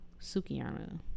Sukiana